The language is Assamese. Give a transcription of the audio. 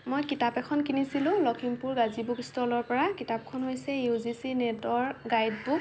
মই কিতাপ এখন কিনিছিলোঁ লক্ষীমপুৰ গাজি বুক ষ্টলৰ পৰা কিতাপখন হৈছে ইউ জি ছি নেটৰ গাইড বুক